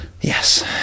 yes